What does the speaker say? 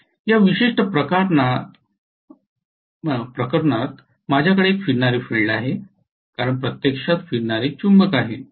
या विशिष्ट प्रकरणात माझ्याकडे एक फिरणारे फील्ड आहे कारण प्रत्यक्षात फिरणारे चुंबक आहे